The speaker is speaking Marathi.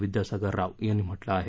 विद्यासागर राव यांनी म्हटलं आहे